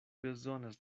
bezonas